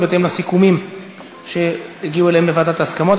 בהתאם לסיכומים שהגיעו אליהם בוועדת ההסכמות.